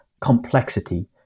complexity